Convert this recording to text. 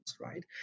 right